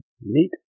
Neat